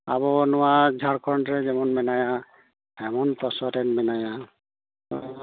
ᱟᱵᱚ ᱱᱚᱭᱟ ᱡᱷᱟᱲᱠᱷᱚᱸᱰ ᱨᱮ ᱡᱮᱢᱚᱱ ᱢᱮᱱᱟᱭᱟ ᱦᱮᱢᱚᱱᱛᱚ ᱥᱚᱨᱮᱱ ᱢᱮᱱᱟᱭᱟ ᱟᱨ